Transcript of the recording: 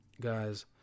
guys